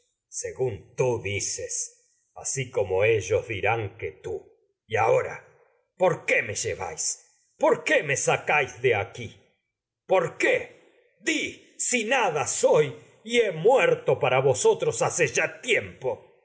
según por tú dices así me como ellos dirán me tú y ahora qué lleváis por qué soy y sacáis de aqui poi qué di si nada tiempo es ya no sible he muerto para vosotros hace ya